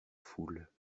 foule